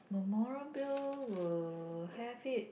memorable will have it